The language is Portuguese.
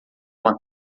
uma